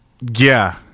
yeah-